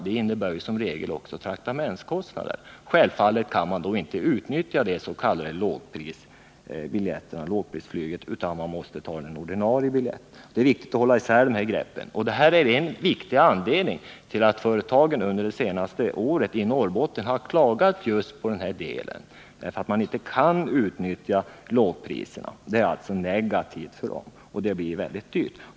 Då kan man naturligtvis inte utnyttja de s.k. lågprisbiljetterna, utan man är tvungen att använda sig av de ordinarie biljetterna. Det är betydelsefullt att hålla isär de här begreppen. Det sagda är en viktig anledning till att företagen i Norrbotten har klagat under det senaste året. De kan alltså inte utnyttja lågpriserna, vilket är någonting negativt. Det blir mycket dyrt.